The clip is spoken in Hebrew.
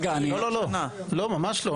לא, ממש לא.